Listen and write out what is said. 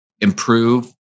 improve